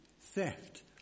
theft